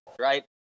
right